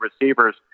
receivers